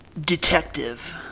Detective